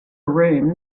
room